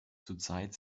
zurzeit